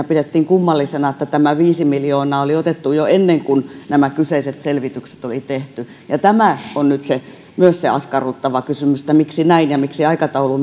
pidettiin kummallisena että tämä viisi miljoonaa oli otettu jo ennen kuin nämä kyseiset selvitykset oli tehty tämä on nyt myös askarruttava kysymys miksi näin ja miksi aikataulu